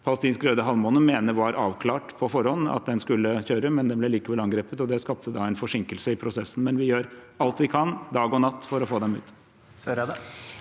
palestinske Røde Halvmåne mener var avklart på forhånd at skulle kjøre, men den ble likevel angrepet. Det skapte da en forsinkelse i prosessen, men vi gjør alt vi kan, dag og natt, for å få dem ut.